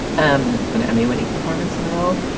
um and emmy winning performance in the role.